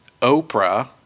Oprah